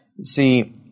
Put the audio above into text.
See